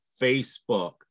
Facebook